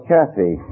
Kathy